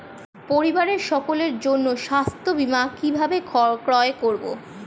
পরিবারের সকলের জন্য স্বাস্থ্য বীমা কিভাবে ক্রয় করব?